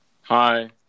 Hi